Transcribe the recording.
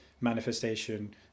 manifestation